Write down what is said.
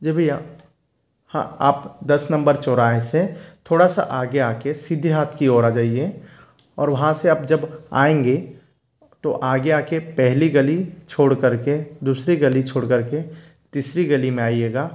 जी भैया हाँ आप दस नंबर चौराहे से थोड़ा सा आगे आके सीधे हाथ की ओर आ जाईए और वहाँ से आप जब आयेंगे तो आगे आके पहली गली छोड़ करके दूसरे गली छोड़ करके तीसरी गली में आईएगा